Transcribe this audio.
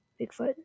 Bigfoot